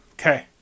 Okay